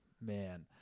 Man